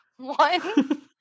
One